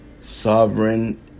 Sovereign